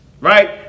right